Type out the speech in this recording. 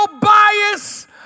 bias